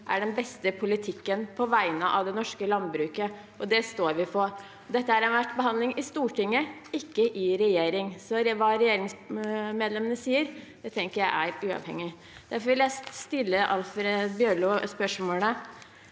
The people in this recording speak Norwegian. er den beste politikken på vegne av det norske landbruket, og det står vi på. Dette har vært en behandling i Stortinget, ikke i regjering. Hva regjeringsmedlemmene sier, tenker jeg er uavhengig. Derfor vil jeg stille Alfred Bjørlo spørsmålet: